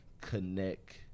connect